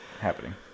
happening